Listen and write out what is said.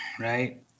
right